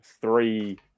three